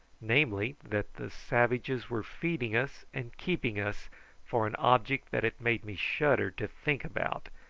namely, that the savages were feeding us and keeping us for an object that it made me shudder to think about,